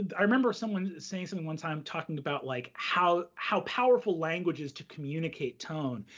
and i remember someone saying something one time, talking about like how how powerful language is to communicate tone.